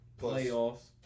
Playoffs